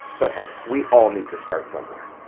but hey, we all need to start somewhere.